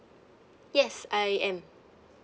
yes I am